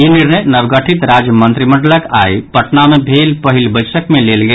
ई निर्णय नवगठित राज्य मंत्रिमंडलक आई पटना मे भेल पहिल बैसक मे लेल गेल